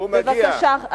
הוא מגיע.